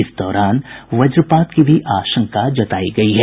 इस दौरान वज्रपात की भी आशंका जतायी गयी है